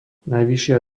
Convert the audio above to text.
najvyššia